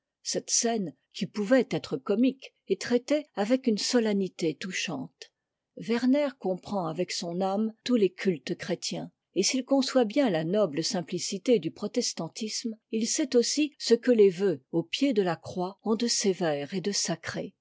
cette scène qui pouvait être comique est traitée avec une solennité touchante werner comprend avec son âme tous les cultes chrétiens et s'il conçoit bien la noble simplicité du protestantisme il sait aussi ce que les voeux au pied de la croix ont de sévère et de sacré